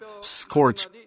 scorch